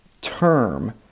term